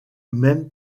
même